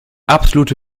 absolute